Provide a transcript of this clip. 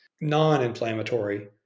non-inflammatory